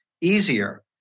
easier